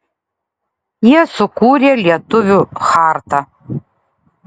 jie sukūrė lietuvių chartą